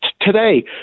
today